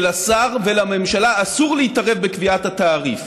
שלשר ולממשלה אסור להתערב בקביעת התעריף.